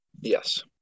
Yes